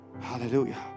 Hallelujah